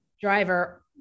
Driver